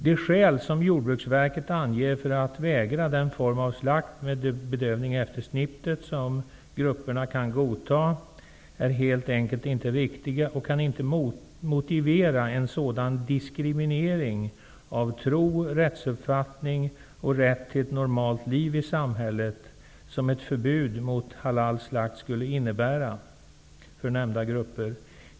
De skäl som Jordbruksverket anger för att vägra den form av slakt med bedövning efter snittet som grupperna kan godta är helt enkelt inte riktiga och kan inte motivera en sådan diskriminering av tro, rättsuppfattning och rätt till ett normalt liv i samhället som ett förbud mot halalslakt skulle innebära för nämnda grupper.